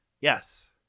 Yes